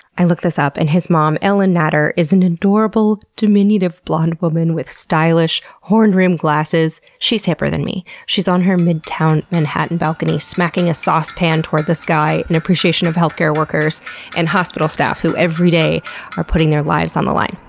i looked this up and his mom, ellen natter, is an adorable, diminutive blonde woman with stylish horn-rimmed glasses. she's hipper than me. she's on her midtown manhattan balcony, smacking a saucepan toward the sky in appreciation for healthcare workers and hospital staff, who every day are putting their lives on the line,